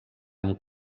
amb